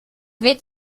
witz